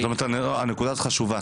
הנקודה הזאת חשובה.